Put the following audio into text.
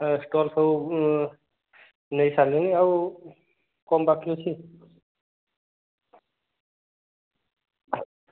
stall ସବୁ ନେଇସାରିଲେଣି ଆଉ କମ୍ ବାକି ଅଛି